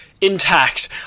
intact